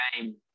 game